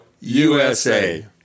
USA